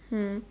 mm